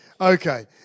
Okay